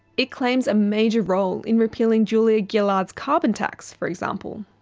it claims a major role in repealing julia gillard's carbon tax, for example.